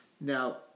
Now